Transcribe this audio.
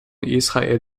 israel